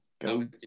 go